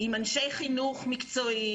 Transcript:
עם אנשי חינוך מקצועיים.